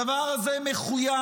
הדבר הזה מחויב